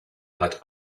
hat